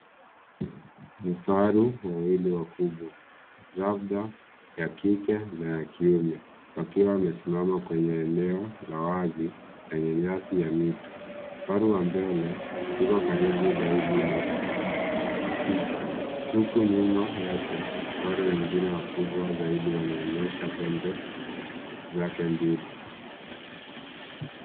Vifaru wawili wakubwa labda ya kike na ya kiume wakiwa wamesimama kwenye eneo la wazi enye nyasi ya mito. Kifaru wa mbele yuko karibu zaidi na mti huku nyuma yake vifaru wengine wakubwa zaidi wanaonyesha pembe zake mbili.